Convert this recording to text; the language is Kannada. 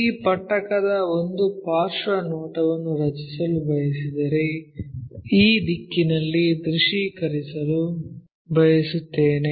ಆ ಪಟ್ಟಕದ ಒಂದು ಪಾರ್ಶ್ವ ನೋಟವನ್ನು ರಚಿಸಲು ಬಯಸಿದರೆ ಈ ದಿಕ್ಕಿನಲ್ಲಿ ದೃಶ್ಯೀಕರಿಸಲು ಬಯಸುತ್ತೇನೆ